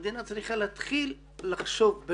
המדינה צריכה להתחיל לחשוב,